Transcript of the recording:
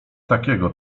takiego